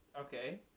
Okay